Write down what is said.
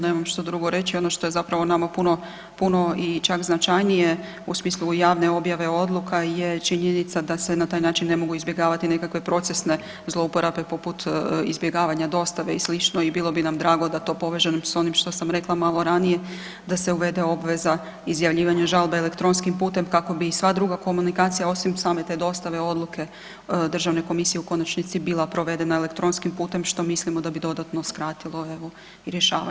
Nemam što drugo reći, ono što je zapravo nama puno i čak značajnije, u smislu javne objave odluka je činjenica da se na taj način ne mogu izbjegavati nekakve procesne zlouporabe poput izbjegavanja dostave i sl. i bilo bi nam drago da to povežemo s onim što sam rekla malo ranije, da se uvede obveza izjavljivanja žalbe elektronskim putem kako bi sva druga komunikacija osim same te dostave odluke Državne komisije u konačnici bila provedena elektronskim putem, što mislim da bi dodatno skratilo, evo, rješavanje u tim žalbenim predmetima.